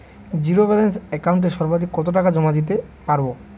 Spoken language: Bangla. জীরো ব্যালান্স একাউন্টে সর্বাধিক কত টাকা জমা দিতে পারব?